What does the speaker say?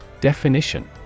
Definition